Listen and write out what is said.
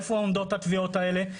איפה עומדות התביעות האלה.